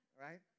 right